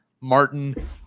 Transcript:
Martin